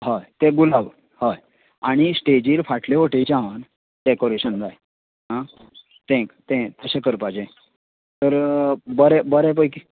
हय तें गुलाब हय आनी स्टेजीर फाटलें वटेनच्यान डेकाॅरेशन जाय आं तें एक तें अशें करपाचें तर बरें बरें पैकी